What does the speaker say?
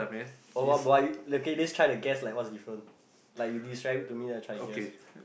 oh uh but okay let's like to guess like what's different like you describe it to me then I try and guess